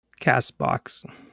CastBox